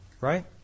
Right